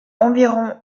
environ